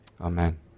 amen